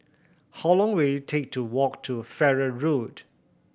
how long will it take to walk to Farrer Road